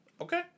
Okay